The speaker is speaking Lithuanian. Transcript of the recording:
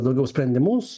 daugiau sprendimus